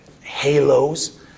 halos